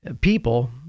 people